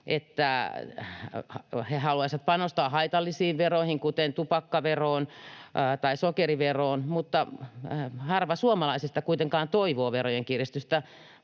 että he haluaisivat panostaa haitallisiin veroihin, kuten tupakkaveroon tai sokeriveroon, mutta harva suomalaisista kuitenkaan toivoo verojen kiristystä.